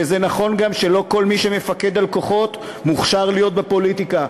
וזה נכון גם שלא כל מי שמפקד על כוחות מוכשר להיות בפוליטיקה,